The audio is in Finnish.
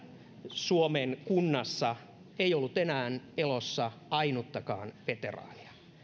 suomen kunnassa ei ollut enää elossa ainuttakaan veteraania